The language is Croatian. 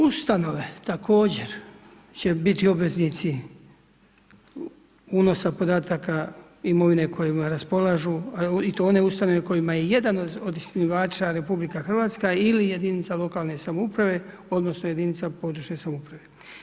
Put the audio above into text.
Ustanove također će biti obveznici unosa podataka imovine kojom raspolažu i to one ustanove kojima je jedan od osnivača RH ili jedinica lokalne samouprave odnosno jedinica područne samouprave.